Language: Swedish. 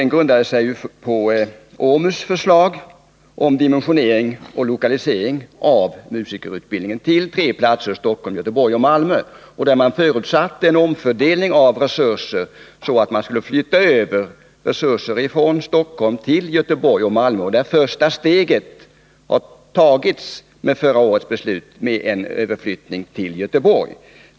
Denna proposition grundades på OMUS förslag om dimensionering av musikerutbildningen och lokalisering av denna till tre platser, Stockholm, Göteborg och Malmö. OMUS förutsatte en omfördelning av resurser från Stockholm till Göteborg och Malmö. Det första steget togs genom förra årets beslut om en överflyttning av utbildningsplatser till Göteborg.